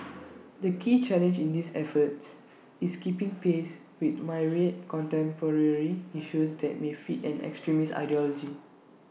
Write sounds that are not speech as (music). (noise) the key challenge in these efforts is keeping pace with myriad contemporary issues that may feed an extremist ideology